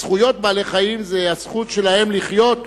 זכויות בעלי-חיים זה הזכות שלהם לחיות,